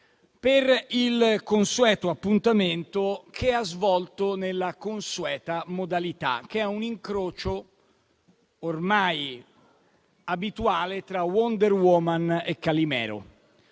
per il consueto appuntamento, che ha affrontato nella consueta modalità, che è un incrocio ormai abituale tra Wonder Woman e Calimero: